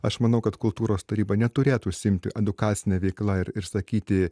aš manau kad kultūros taryba neturėtų užsiimti edukacine veikla ir ir sakyti